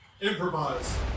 Improvise